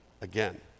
again